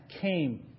came